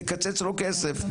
תקצץ לו כסף,